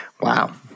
Wow